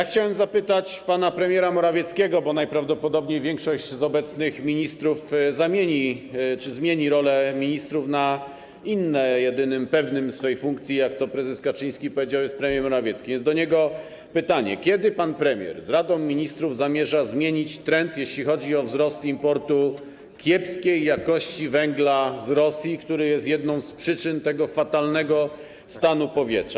Chciałem zapytać pana premiera Morawieckiego, bo najprawdopodobniej większość obecnych ministrów zmieni rolę ministrów na inne, a jedynym pewnym swej funkcji, jak to prezes Kaczyński powiedział, jest premier Morawiecki, więc pytanie jest do niego: Kiedy pan premier z Radą Ministrów zamierza zmienić trend, jeśli chodzi o wzrost importu kiepskiej jakości węgla z Rosji, który jest jedną z przyczyn tego fatalnego stanu powietrza?